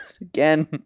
Again